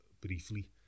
briefly